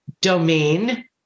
domain